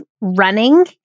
running